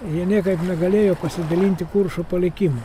jie niekaip negalėjo pasidalinti kuršo palikimo